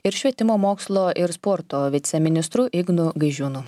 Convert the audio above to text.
ir švietimo mokslo ir sporto viceministru ignu gaižiūnu